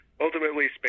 ultimately